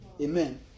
Amen